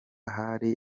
hari